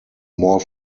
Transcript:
more